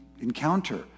encounter